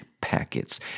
packets